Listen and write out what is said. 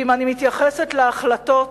ואם אני מתייחסת להחלטות